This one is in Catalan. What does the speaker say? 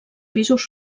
pisos